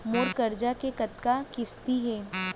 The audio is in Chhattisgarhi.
मोर करजा के कतका किस्ती हे?